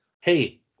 Hey